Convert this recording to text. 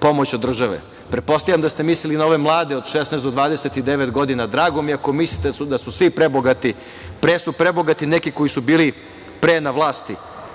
pomoć od države. Pretpostavljam da ste mislili na ove mlade od 16 do 29 godina. Drago mi je ako mislite da su svi prebogati. Pre su prebogati neki koji su bili pre na vlasti.